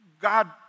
God